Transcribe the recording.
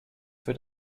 für